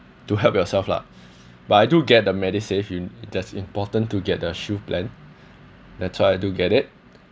to help yourself lah but I do get the medisave in it that's important to get the shield plan that's why I do get it